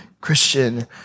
Christian